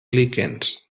líquens